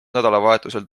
nädalavahetusel